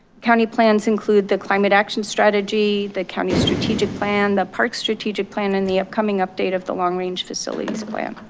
county plans include the climate action strategy the county strategic plan, the park strategic plan and the upcoming update of the long range facilities plan.